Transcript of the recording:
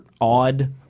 odd